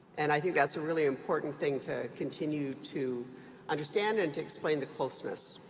and i think that's a really important thing to continue to understand and to explain the closeness.